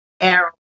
arrow